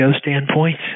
standpoint